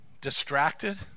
distracted